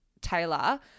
Taylor